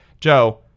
Joe